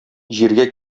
җиргә